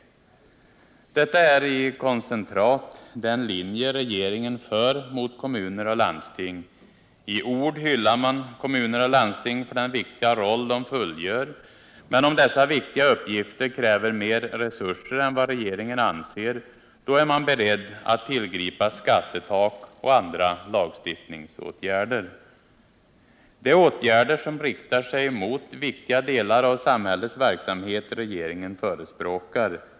Detta är i koncentrat den linje regeringen för mot kommuner och landsting. I ord hyllar man kommuner och landsting för den viktiga roll de fullgör. Men om dessa viktiga uppgifter kräver mer resurser än vad regeringen anser befogat, då är man beredd att tillgripa ett skattetak och andra lagstiftningsåtgärder. Det är åtgärder som riktar sig mot viktiga delar av samhällets verksamhet regeringen förespråkar.